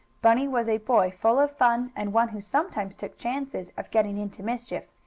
bunny was a boy full of fun and one who sometimes took chances of getting into mischief,